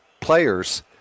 players